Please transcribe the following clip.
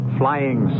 flying